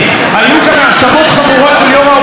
היו כאן האשמות חמורות של יו"ר האופוזיציה,